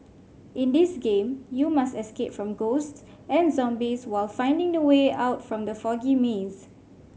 in this game you must escape from ghost and zombies while finding the way out from the foggy maze